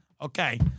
Okay